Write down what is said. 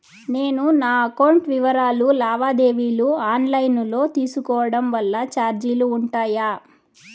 నేను నా అకౌంట్ వివరాలు లావాదేవీలు ఆన్ లైను లో తీసుకోవడం వల్ల చార్జీలు ఉంటాయా?